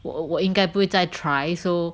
我我应该不会再 try so